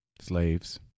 Slaves